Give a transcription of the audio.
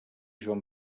joan